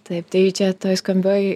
taip tai čia toj skambioj